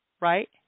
right